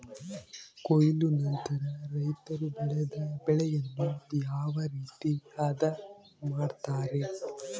ಕೊಯ್ಲು ನಂತರ ರೈತರು ಬೆಳೆದ ಬೆಳೆಯನ್ನು ಯಾವ ರೇತಿ ಆದ ಮಾಡ್ತಾರೆ?